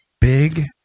big